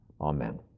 Amen